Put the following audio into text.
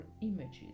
images